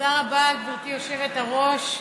תודה רבה, גברתי היושבת-ראש,